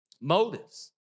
Motives